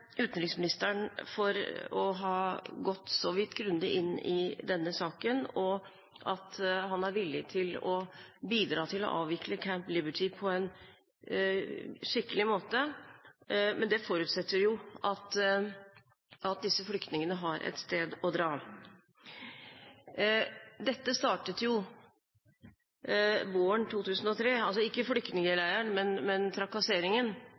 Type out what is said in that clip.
utenriksministeren for å ha gått så vidt grundig inn i denne saken og for at han er villig til å bidra til å avvikle Camp Liberty på en skikkelig måte. Men det forutsetter at disse flyktningene har et sted å dra. Dette startet våren 2003 – ikke flyktningleiren, men trakasseringen.